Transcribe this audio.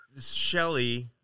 Shelly